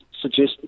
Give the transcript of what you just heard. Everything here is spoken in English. suggest